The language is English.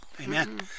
Amen